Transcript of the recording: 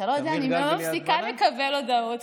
אתה לא יודע, אני לא מפסיקה לקבל הודעות.